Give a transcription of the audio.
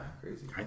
crazy